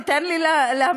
תן לי להמשיך,